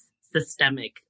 systemic